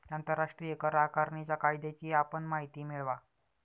आंतरराष्ट्रीय कर आकारणीच्या कायद्याची आपण माहिती मिळवा